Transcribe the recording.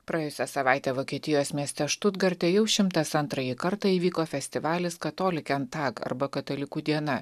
praėjusią savaitę vokietijos mieste štutgarte jau šimtas antrąjį kartą įvyko festivalis katoliken tag arba katalikų diena